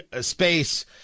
space